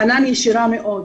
חנאן ישירה מאוד,